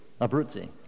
Abruzzi